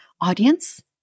audience